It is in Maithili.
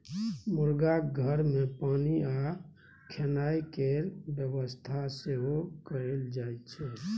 मुरगाक घर मे पानि आ खेनाइ केर बेबस्था सेहो कएल जाइत छै